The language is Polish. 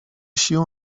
sił